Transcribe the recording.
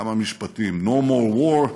בכמה משפטים: No more war,